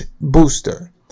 booster